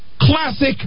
Classic